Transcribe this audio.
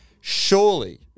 surely